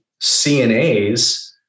CNAs